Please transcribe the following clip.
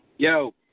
Yo